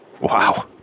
Wow